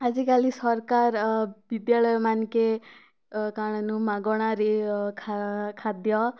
ଆଜିକାଲି ସରକାର ବିଦ୍ୟାଳୟମାନ୍କେ କାଣେନୁ ମାଗଣାରେ ଖା ଖାଦ୍ୟ